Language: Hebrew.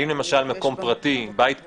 האם למשל מקום פרטי עם בית פרטי,